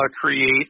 create